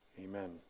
amen